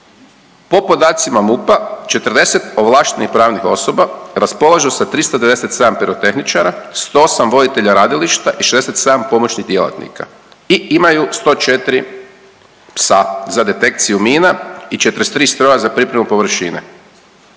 Po podacima MUP-a, 40 ovlaštenih pravnih osoba raspolažu sa 397 pirotehničara, 108 voditelja radilišta i 67 pomoćnih djelatnika i imaju 104 psa za detekciju mina i 43 stroja za pripremu površine.